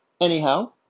anyhow